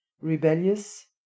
rebellious